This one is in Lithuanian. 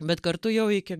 bet kartu jau iki